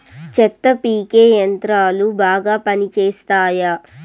చెత్త పీకే యంత్రాలు బాగా పనిచేస్తాయా?